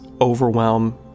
overwhelm